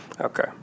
Okay